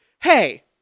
Hey